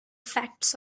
facts